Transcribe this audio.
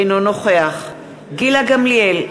אינו נוכח גילה גמליאל,